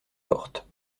portes